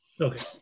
Okay